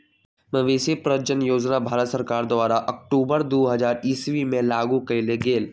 मवेशी प्रजजन योजना भारत सरकार द्वारा अक्टूबर दू हज़ार ईश्वी में लागू कएल गेल